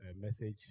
message